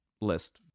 list